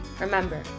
Remember